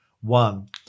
one